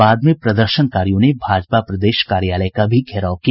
बाद में प्रदर्शनकारियों ने भाजपा प्रदेश कार्यालय का भी घेराव किया